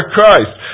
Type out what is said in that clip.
Christ